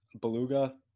Beluga